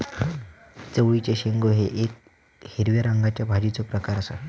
चवळीचे शेंगो हे येक हिरव्या रंगाच्या भाजीचो प्रकार आसा